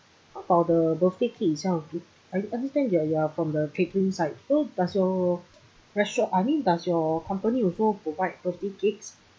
how about the birthday cake itself I understand you're you're from the catering side so does your restaurant I mean does your company also provide birthday cakes